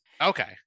Okay